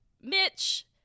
Mitch